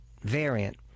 variant